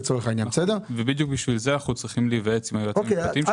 לכן אנחנו צריכים להיוועץ עם היועצים המשפטיים שלנו.